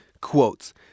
Quotes